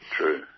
True